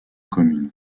communes